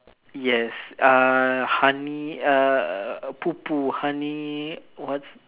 yes uh honey uh Pooh Pooh honey what's